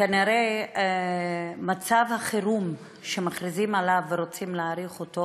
כנראה מצב החירום שמכריזים עליו ורוצים להאריך אותו